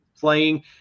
playing